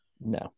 No